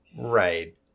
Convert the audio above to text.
Right